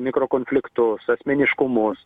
mikro konfliktus asmeniškumus